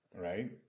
right